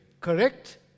correct